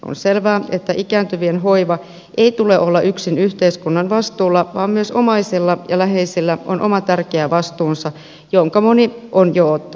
on selvää että ikääntyvien hoivan ei tule olla yksin yhteiskunnan vastuulla vaan myös omaisilla ja läheisillä on oma tärkeä vastuunsa jonka moni on jo ottanutkin